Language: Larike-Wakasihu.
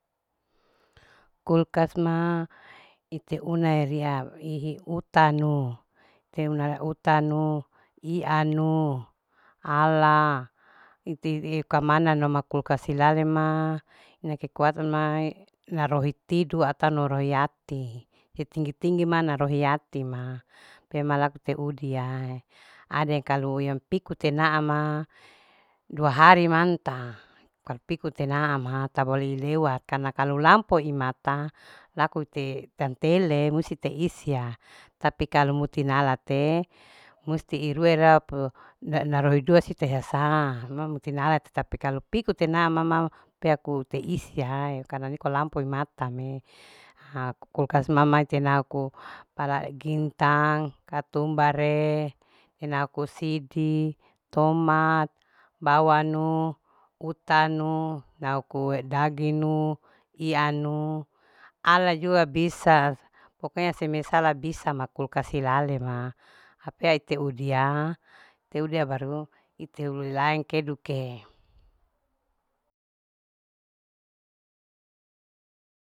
Kulkas ma ite una ria ihi utanu. te una utanu ianu ala ite kamana ala kulkas sisale ma ina kekuatan mae ina rohi tidu ata rohi ati te tinggi. tinggi ma ata na rohi ati ma pe ma laku te udia ade kalu yang piku tenaa ma dua hari manta karpiku te naa ma tabole lewat karna kalu lampo imata lako te tantele musti te isia tapi kalu muti nala te musti irue rapu narohi dua sitehasa ma muti nalatee tapi kalu piku te naa mama pe aku te isiae karna niko lampu imate me ha kulkas ha mama tenaku para gintang. katumar'e. naku sidi, tomat bawanu. utanu laku dagin inu anu ala jua bisa pokonya semesala bisa ma kulkas silale ma hapea ite udia. te udia baru ite ulaeng keduke.